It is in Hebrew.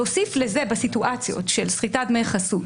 להוסיף לזה בסיטואציות של סחיטת דמי חסות,